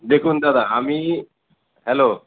দেখুন দাদা আমি হ্যালো